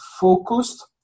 focused